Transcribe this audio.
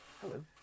Hello